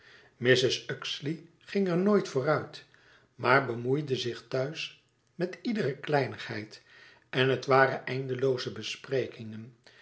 mrs uxeley ging er nooit voor uit maar bemoeide zich thuis met iedere kleinigheid en het waren eindelooze besprekingen